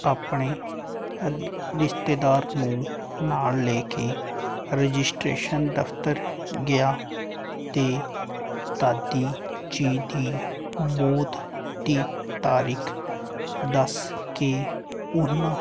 ਆਪਣੇ ਰਿਸ਼ਤੇਦਾਰ ਨੂੰ ਨਾਲ ਲੈ ਕੇ ਰਜਿਸਟਰੇਸ਼ਨ ਦਫਤਰ ਗਿਆ ਅਤੇ ਦਾਦੀ ਜੀ ਦੀ ਮੌਤ ਦੀ ਤਾਰੀਖ ਦੱਸ ਕੇ ਉਹਨਾਂ